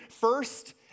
first